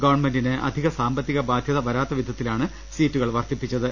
ഗവൺമെന്റിന് അധിക സാമ്പത്തിക ബാധൃത വരാത്ത വിധത്തിലാണ് സീറ്റുകൾ വർദ്ധിപ്പിച്ചത്